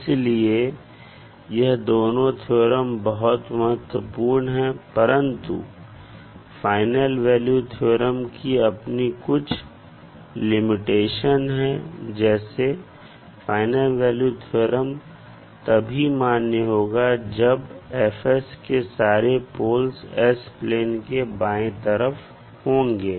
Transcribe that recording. इसलिए यह दोनों थ्योरम बहुत महत्वपूर्ण है परंतु फाइनल वैल्यू थ्योरम की अपनी कुछ लिमिटेशन है जैसे फाइनल वैल्यू थ्योरम तभी मान्य होगा जब F के सारे पोल्स s प्लेन के बाएं तरफ होंगे